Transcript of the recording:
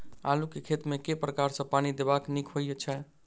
आलु केँ खेत मे केँ प्रकार सँ पानि देबाक नीक होइ छै?